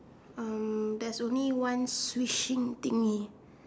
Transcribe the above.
um there's only one swishing thingy